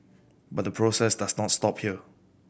but the process does not stop here